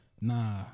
Nah